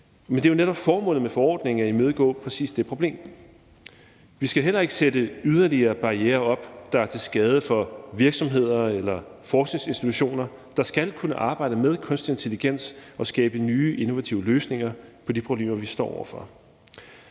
programmering. Men formålet med forordningen er jo netop at imødegå præcis det problem. Vi skal heller ikke sætte yderligere barrierer op, der er til skade for virksomheder eller forskningsinstitutioner, der skal kunne arbejde med kunstig intelligens og skabe nye innovative løsninger på de problemer, vi står over for.